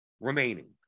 remaining